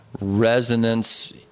resonance